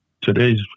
today's